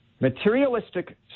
materialistic